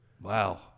Wow